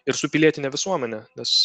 ir su pilietine visuomene nes